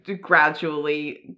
gradually